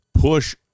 push